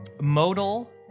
Modal